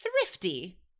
thrifty